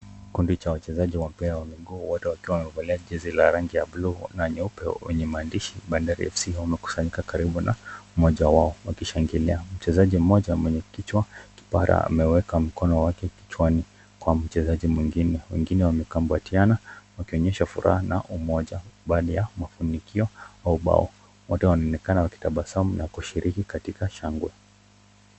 Kikundi cha wachezaji wa mpira wa miguu wote wakiwa wamevalia jezi la rangi ya blu na nyeupe wenye maandishi Bandari FC wamekusanyika karibu na mmoja wao wakishangilia . Mchezaji mmoja mwenye kichwa kipara ameweka mkono wake kichwani kwa mchezaji mwingine . Wengine wamekumbatiana wakionyesha furaha na umoja bali ya mafanikio au bao . Wote wanaonekana wakitabasamu na kushiriki katika shangwe.